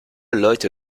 leute